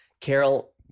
Carol